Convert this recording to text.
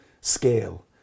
scale